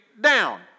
down